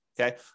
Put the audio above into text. Okay